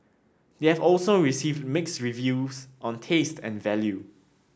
they have also received mixed reviews on taste and value